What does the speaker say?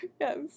Yes